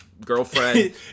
girlfriend